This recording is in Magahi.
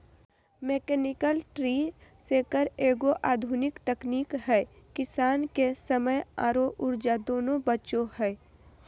मैकेनिकल ट्री शेकर एगो आधुनिक तकनीक है किसान के समय आरो ऊर्जा दोनों बचो हय